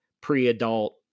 pre-adult